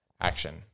action